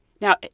now